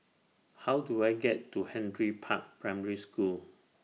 How Do I get to Henry Park Primary School